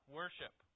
worship